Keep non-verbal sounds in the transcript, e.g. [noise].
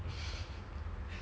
[laughs]